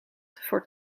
voor